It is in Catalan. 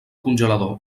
congelador